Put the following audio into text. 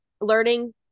learning